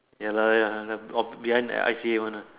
ya lah ya lah or behind the I_C_A one uh